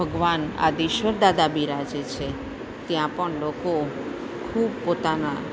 ભગવાન આદિશ્વર દાદા બિરાજે છે ત્યાં પણ લોકો ખૂબ પોતાના